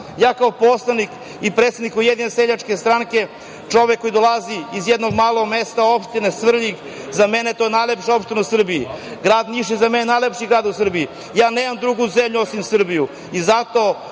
narod. Kao poslanik i predsednik Ujedinjene seljačke stranke, čovek koji dolazi iz jednog malog mesta, opština Svrljig, za mene je to najlepša opština u Srbiji. Grad Niš je za mene najlepši grad u Srbiji. Nemam drugu zemlju osim Srbiju